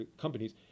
companies